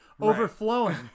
overflowing